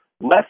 less